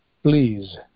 please